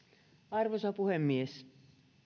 arvoisa puhemies